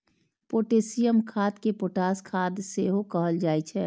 potassium खाद कें potash खाद सेहो कहल जाइ छै